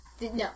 No